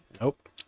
Nope